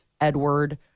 Edward